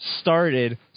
started